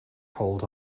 hold